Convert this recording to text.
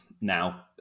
now